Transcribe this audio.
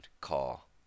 call